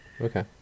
Okay